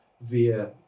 via